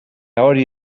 hori